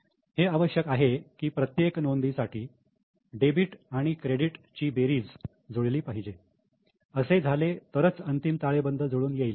हे आवश्यक आहे की प्रत्येक नोंदीसाठी डेबिट आणि क्रेडिट ची बेरीज जुळली पाहिजे असे झाले तरच अंतिम ताळेबंद जुळून येईल